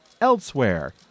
elsewhere